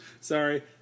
sorry